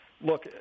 Look